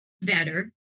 better